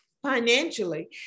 financially